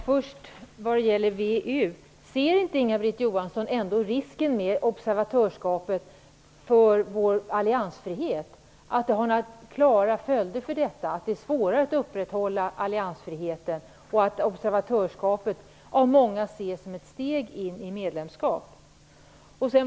Herr talman! Ser inte Inga-Britt Johansson i fråga om VEU risken med observatörskapet för vår alliansfrihet? Det har klara följder; det är svårare att upprätthålla alliansfriheten. Observatörskapet ses av många som ett steg in i ett medlemskap.